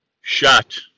shot